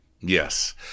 Yes